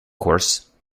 course